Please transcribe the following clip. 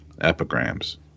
epigrams